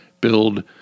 build